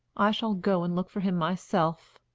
i shall go and look for him myself.